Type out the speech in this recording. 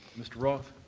mr. roth.